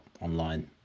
online